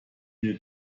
mir